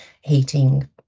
heating